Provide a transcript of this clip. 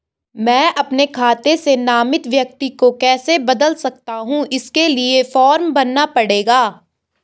मैं अपने खाते से नामित व्यक्ति को कैसे बदल सकता हूँ इसके लिए फॉर्म भरना पड़ेगा?